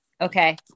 Okay